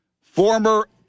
former